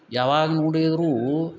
ಯಾವಾಗ ನೋಡಿದರೂ